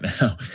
now